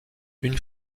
une